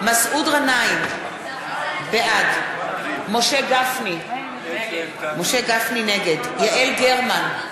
גנאים, בעד משה גפני, נגד יעל גרמן,